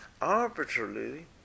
arbitrarily